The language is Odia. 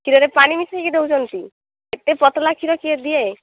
କ୍ଷୀରରେ ପାଣି ମିଶାଇକି ଦେଉଛନ୍ତି ଏତେ ପତଳା କ୍ଷୀର କିଏ ଦିଏ